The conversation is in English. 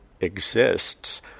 exists